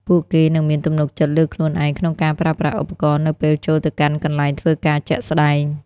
ពួកគេនឹងមានទំនុកចិត្តលើខ្លួនឯងក្នុងការប្រើប្រាស់ឧបករណ៍នៅពេលចូលទៅកាន់កន្លែងធ្វើការជាក់ស្តែង។